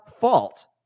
fault